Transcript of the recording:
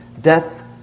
death